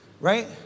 Right